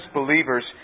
believers